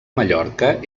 mallorca